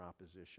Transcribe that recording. opposition